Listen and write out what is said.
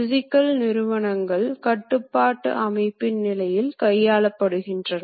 மிகச் சிறிய விஷயங்களுக்கு ஸ்டெப்பர் டிரைவ்கள் பயன்படுத்தப்படுகின்றன